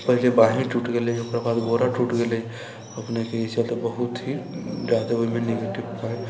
पहिले बाँहिए टूट गेलै ओकराबाद गोरा टूटि गेलै अपनेके ई चलते बहुत ही ज्यादे ओहिमे निगेटिव पाइ